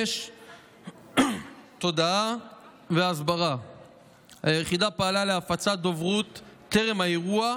5. תודעה והסברה היחידה פעלה להפצת דוברות טרם האירוע,